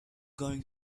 going